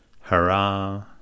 Hurrah